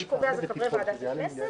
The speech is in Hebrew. מי שקובע זה חברי ועדת הכנסת,